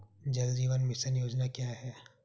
जल जीवन मिशन योजना क्या है?